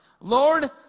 Lord